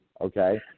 okay